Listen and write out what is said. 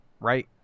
right